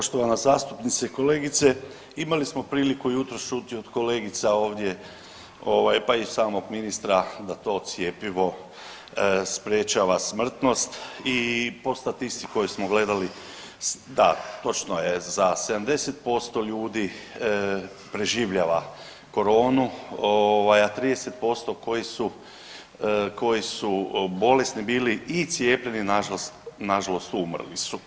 Poštovana zastupnice, kolegice, imali smo priliku jutros čuti od kolegica ovdje ovaj, pa i samog ministra da to cjepivo sprečava smrtnost i po statistici koju smo gledali, da, točno je, za 70% ljudi preživljava koronu, ovaj, a 30% koji su bolesni bili i cijepljeni, nažalost umrli su.